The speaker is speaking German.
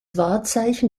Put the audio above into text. wahrzeichen